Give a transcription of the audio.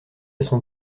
son